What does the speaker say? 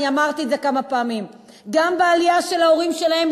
אמרתי את זה כמה פעמים: גם בעלייה של ההורים שלהם,